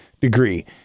degree